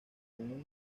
con